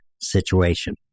situation